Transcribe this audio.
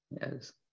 Yes